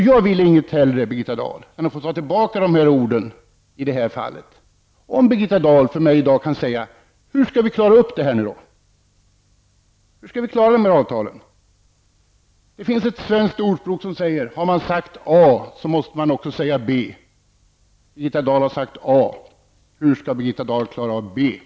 Jag vill inget hellre, Birgitta Dahl, än att få ta tillbaka det här orden om Birgitta Dahl för mig här i dag kan tala om hur vi skall klara upp detta. Hur skall vi klara dessa avtal? Det finns ett svenskt ordspråk som säger: Har man sagt A, måste man också säga B. Birgitta Dahl har sagt A. Hur skall Birgitta Dahl klara av att säga B?